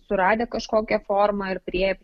suradę kažkokią formą ir priėję